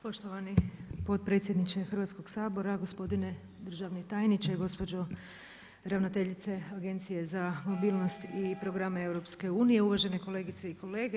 Poštovani potpredsjedniče Hrvatskog sabora, gospodine državni tajniče, gospođo ravnateljice Agencije za mobilnost i programe EU, uvažene kolegice i kolege.